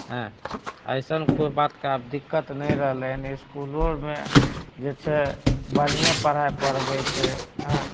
एँ अइसन कोइ बातके आब दिक्कत नहि रहलै हन इसकूलो रऽ मे जे छै बढ़िएँ पढ़ाइ पढ़बैत छै एँ